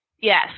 Yes